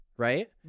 Right